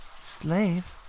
Slave